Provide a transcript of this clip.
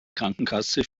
krankenkasse